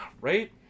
Right